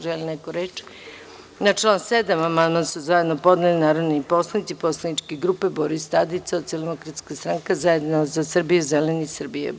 Da li neko želi reč? (Ne) Na član 7. amandman su zajedno podneli narodni poslanici poslaničke grupe Boris Tadić - Socijaldemokratska stranka, Zajedno za Srbiju, Zeleni Srbije.